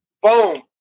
boom